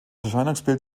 erscheinungsbild